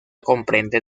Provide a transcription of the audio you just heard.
comprende